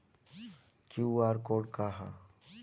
QR code का ह?